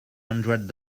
hundred